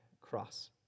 cross